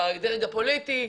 בדרג הפוליטי?